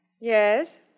yes